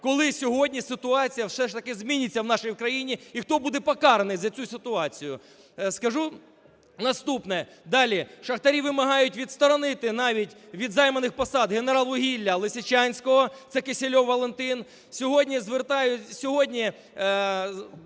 Коли сьогодні ситуація все ж таки зміниться в нашій країні, і хто буде покараний за цю ситуацію? Скажу наступне далі. Шахтарі вимагають відсторонити навіть від займаних посад голову вугілля "Лисичанського", це Кисельов Валентин. Сьогодні бастує